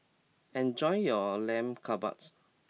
enjoy your Lamb Kebabs